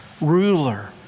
ruler